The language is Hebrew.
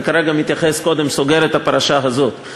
אני כרגע סוגר קודם את הפרשה הזאת.